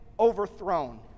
Overthrown